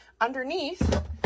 Underneath